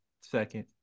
second